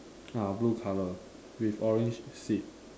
uh blue color with orange seats